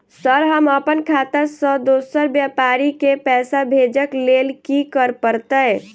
Sir हम अप्पन खाता सऽ दोसर व्यापारी केँ पैसा भेजक लेल की करऽ पड़तै?